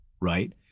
right